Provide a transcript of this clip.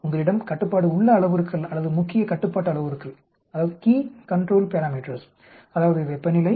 உங்களிடம் கட்டுப்பாடு உள்ள அளவுருக்கள் அல்லது முக்கிய கட்டுப்பாட்டு அளவுருக்கள் அதாவது வெப்பநிலை